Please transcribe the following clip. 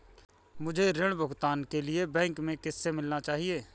मुझे ऋण भुगतान के लिए बैंक में किससे मिलना चाहिए?